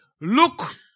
look